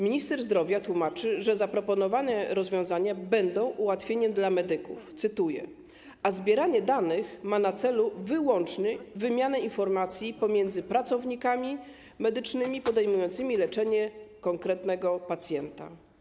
Minister zdrowia tłumaczy, że zaproponowane rozwiązania będą ułatwieniem dla medyków, cytuję: zbieranie danych ma na celu wyłącznie wymianę informacji pomiędzy pracownikami medycznymi podejmującymi leczenie konkretnego pacjenta.